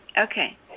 Okay